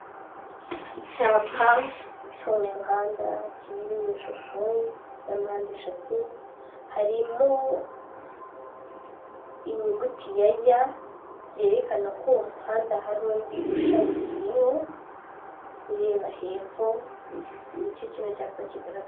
Icyapa cyo mu muhanda kiri mu ishusho ya mpande eshatu, harimo inyuguti ya "y" byerekana ko uwo umuhanda hari undi ushamikiyeho ureba hepfo, n'icyo kino cyapa kigaragaza.